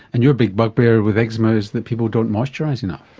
and your big bugbear with eczema is that people don't moisturise enough.